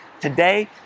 Today